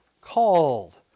called